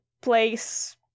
place